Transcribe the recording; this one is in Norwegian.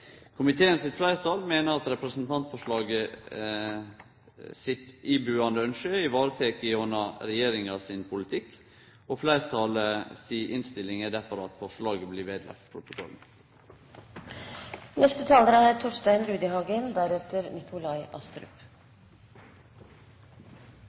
meiner at representantforslaget sitt ibuande ynske er vareteke gjennom regjeringa sin politikk. Fleirtalet si innstilling er derfor at forslaget blir